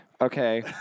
Okay